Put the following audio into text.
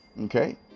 okay